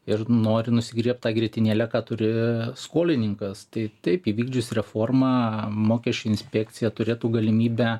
ir nori nusigriebt tą grietinėlę ką turi skolininkas tai taip įvykdžius reformą mokesčių inspekcija turėtų galimybę